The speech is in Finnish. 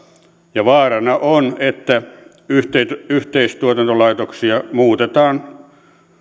ja vaarana on että yhteistuotantolaitoksia muutetaan